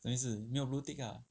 等于是没有 blue tick ah